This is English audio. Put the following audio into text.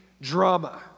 drama